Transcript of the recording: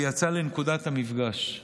ויצא לנקודת המפגש.